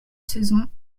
saison